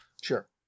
sure